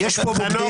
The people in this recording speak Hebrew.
יש פה בוגדים.